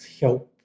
help